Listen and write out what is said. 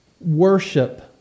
worship